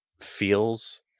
feels